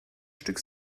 stück